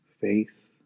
Faith